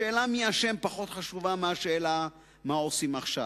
השאלה מי אשם פחות חשובה מהשאלה מה עושים עכשיו.